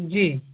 जी